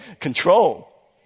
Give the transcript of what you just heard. control